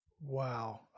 Wow